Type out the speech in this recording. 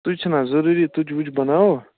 تُجہِ چھِنا ضروٗری تُجہِ وُجہِ بناوو